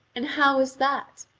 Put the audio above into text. and how is that?